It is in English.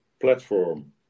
platform